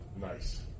Nice